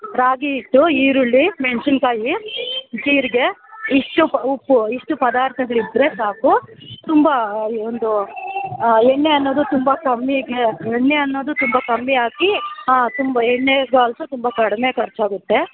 ರಾಗಿ ಹಿಟ್ಟು ಈರುಳ್ಳಿ ಮೆಣಸಿನ ಕಾಯಿ ಜೀರಿಗೆ ಇಷ್ಟು ಉಪ್ಪು ಇಷ್ಟು ಪದಾರ್ಥಗಳಿದ್ರೆ ಸಾಕು ತುಂಬ ಒಂದು ಎಣ್ಣೆ ಅನ್ನೋದು ತುಂಬ ಕಮ್ಮಿ ಗ್ ಎಣ್ಣೆ ಅನ್ನೋದು ತುಂಬ ಕಮ್ಮಿ ಹಾಕಿ ಹಾಂ ತುಂಬ ಎಣ್ಣೆ ತುಂಬ ಕಡಿಮೆ ಖರ್ಚಾಗುತ್ತೆ